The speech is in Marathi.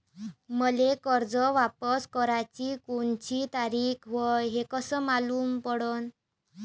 मले कर्ज वापस कराची कोनची तारीख हाय हे कस मालूम पडनं?